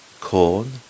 Corn